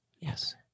Yes